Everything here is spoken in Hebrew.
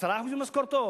10% ממשכורתו?